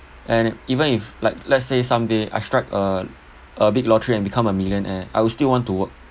and even if like let's say someday I strike a a big lottery and become a millionaire I will still want to work